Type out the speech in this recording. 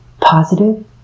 positive